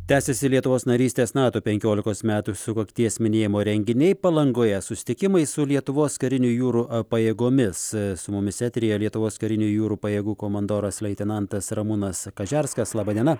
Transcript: tęsiasi lietuvos narystės nato penkiolikos metų sukakties minėjimo renginiai palangoje susitikimai su lietuvos karinių jūrų pajėgomis su mumis eteryje lietuvos karinių jūrų pajėgų komandoras leitenantas ramūnas kažerskas laba diena